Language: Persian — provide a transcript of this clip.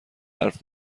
حرف